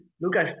Lucas